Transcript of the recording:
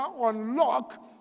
unlock